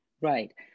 Right